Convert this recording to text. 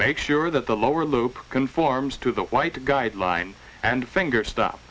make sure that the lower loop conforms to the white guideline and finger st